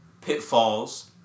pitfalls